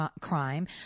crime